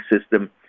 system